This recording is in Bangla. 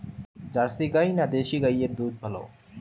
জার্সি গাই না দেশী গাইয়ের দুধ ভালো?